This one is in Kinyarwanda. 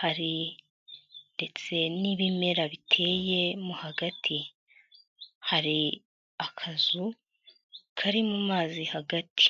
hari ndetse n'ibimera biteyemo hagati. Hari akazu, kari mu mazi hagati.